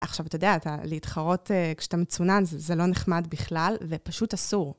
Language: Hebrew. עכשיו, אתה יודע, להתחרות כשאתה מצונן זה לא נחמד בכלל, ופשוט אסור.